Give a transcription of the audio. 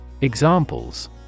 Examples